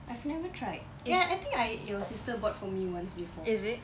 I've never tried eh ya I think I your sister bought once for me before